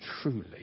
truly